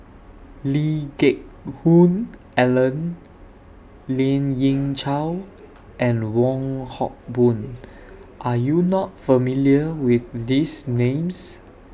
Lee Geck Hoon Ellen Lien Ying Chow and Wong Hock Boon Are YOU not familiar with These Names